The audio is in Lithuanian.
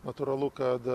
natūralu kad